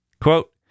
Quote